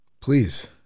please